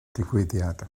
digwyddiad